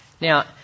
Now